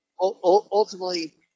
ultimately